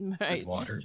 Right